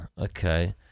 Okay